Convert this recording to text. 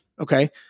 Okay